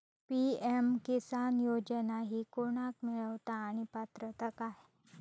PM किसान योजना ही कोणाक मिळता आणि पात्रता काय?